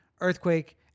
earthquake